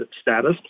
status